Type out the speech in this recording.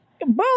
boom